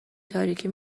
تاریکی